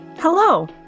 Hello